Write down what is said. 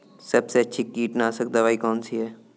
सबसे अच्छी कीटनाशक दवाई कौन सी है?